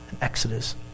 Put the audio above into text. Exodus